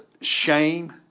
shame